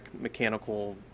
mechanical